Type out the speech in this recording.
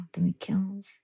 2015